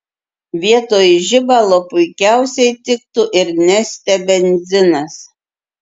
vietoj žibalo puikiausiai tiktų ir neste benzinas